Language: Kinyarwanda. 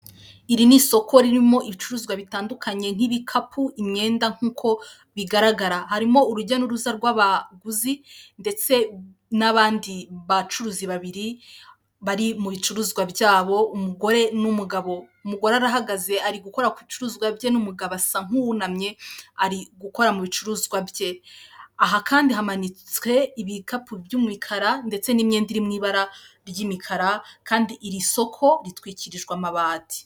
Iri ni isoko ririmo ibicuruzwa bitandukanye; nk'ibikapu, imyenda nk'uko bigaragara harimo urujya n'uruza rw'abaguzi ndetse n'abandi bacuruzi babiri bari mu bicuruzwa byabo, umugore n'umugabo. Umugore arahagaze ari gukora ku ibicuruzwa bye, n'umugabo asa nk'uwunamye ari gukora mubicuruzwa bye, aha kandi hamanitswe ibikapu by'umikara, ndetse n'imyenda iri mu ibara ry'imikara kandi iri soko ritwikirijwe amabati.